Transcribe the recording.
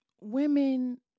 women